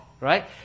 Right